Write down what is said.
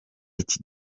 iki